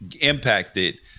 impacted